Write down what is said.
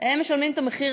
הם משלמים את המחיר